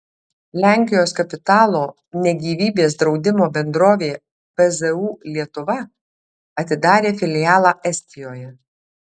lenkijos kapitalo ne gyvybės draudimo bendrovė pzu lietuva atidarė filialą estijoje